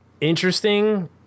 interesting